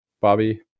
bobby